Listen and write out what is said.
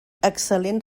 excel·lent